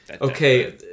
okay